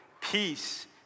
peace